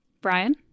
Brian